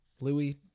Louis